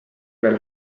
veel